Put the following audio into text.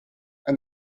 and